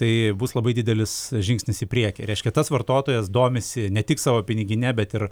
tai bus labai didelis žingsnis į priekį reiškia tas vartotojas domisi ne tik savo pinigine bet ir